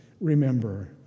remember